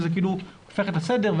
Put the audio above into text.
אמרת שזה כאילו הופך את הסדר,